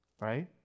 Right